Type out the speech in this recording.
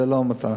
זה לא המטרה.